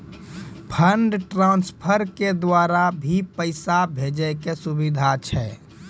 Fund transfer के द्वारा भी पैसा भेजै के सुविधा छै?